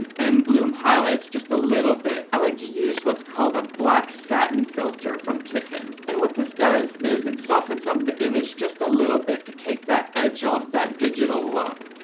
and bloom highlights just a little bit. i like to use what's called a black satin filter from tiffen. and what this does is it softens up the image just a little bit, to take that edge off that digital look,